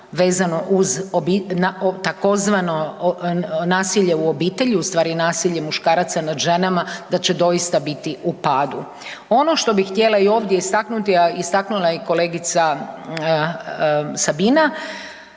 na takozvano nasilje u obitelji, u stvari nasilje muškaraca nad ženama da će doista biti u padu. Ono što bih htjela i ovdje istaknuti, a istaknula je i kolegica Sabina,